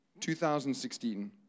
2016